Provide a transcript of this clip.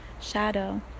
shadow